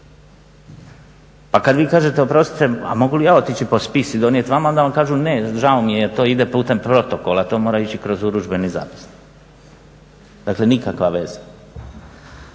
Pa kad vi kažete oprostite, a mogu li ja otići po spis i donijeti vama onda vam kažu ne, žao mi je to ide putem protokola, to mora ići kroz urudžbeni zapisnik. Dakle, nikakva veza.